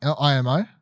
IMO